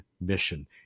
mission